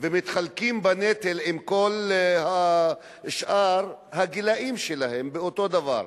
ומתחלקים בנטל עם כל שאר הגילאים שלהם באותו דבר.